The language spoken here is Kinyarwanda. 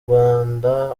rwanda